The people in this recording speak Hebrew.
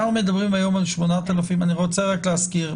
אנחנו מדברים היום על 8,000. אני רוצה רק להזכיר,